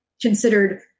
considered